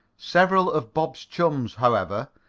several of bob's chums, however,